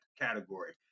category